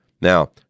Now